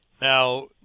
now